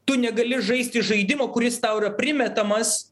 tu negali žaisti žaidimo kuris tau yra primetamas